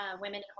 women